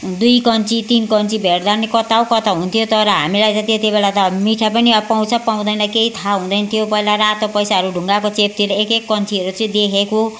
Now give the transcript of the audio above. दुई कन्ची तिन कन्ची भेट्दा पनि कता हो कता हुन्थ्यो तर हामीलाई त त्यति बेला त मिठाई पनि अब पाउँछ पाउँदैन केही थाहा हुँदैन थियो पहिला रातो पैसाहरू ढुङ्गाको चेपतिर एक एक कन्चीहरू चाहिँ देखेको